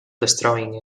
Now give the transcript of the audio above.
destroying